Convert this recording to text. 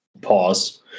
pause